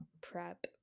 prep